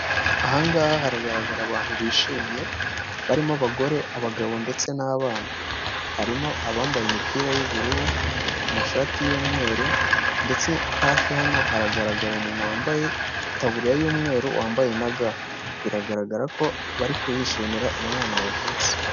Aha ngaha haragaragara abantu bishimye barimo abagore, abagabo ndetse n'abana, harimo abambaye imipira y'ubururu, amashati y'umweru ndetse hafi hano haragaragara umuntu wambaye itaburiya y'umweru wambaye na ga, biragaragara ko bariko bishimira umwana wavutse.